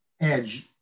edge